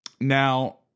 Now